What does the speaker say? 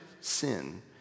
sin